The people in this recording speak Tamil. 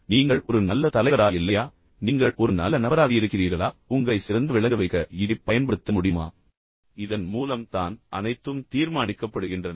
மேலும் நீங்கள் ஒரு நல்ல தலைவரா இல்லையா ஒட்டுமொத்தமாக நீங்கள் ஒரு நல்ல நபராக இருக்கிறீர்களா உங்களை சிறந்து விளங்க வைக்க வைக்க இதைப் பயன்படுத்த முடியுமா இதன் மூலம் தான் அனைத்தும் தீர்மானிக்கப்படுகின்றன